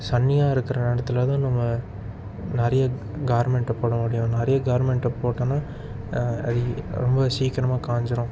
சன்னியாக இருக்கிற நேரத்தில் தான் நம்ம நிறைய கார்மென்ட்டை போட முடியும் நிறைய கார்மென்ட்டை போட்டேம்னா ரொம்ப சீக்கிரமாக காஞ்சிடும்